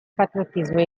patriottismo